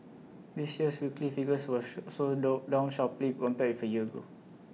this year's weekly figures were show also down sharply compared for year ago